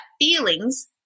feelings